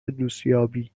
دوستیابی